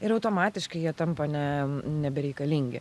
ir automatiškai jie tampa ne nebereikalingi